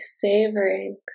savoring